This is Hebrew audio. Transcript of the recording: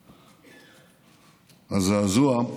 הזעזוע,